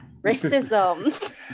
Racism